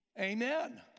Amen